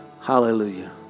Hallelujah